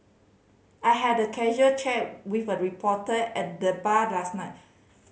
I had a casual chat with a reporter at the bar last night